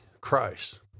Christ